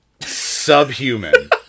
subhuman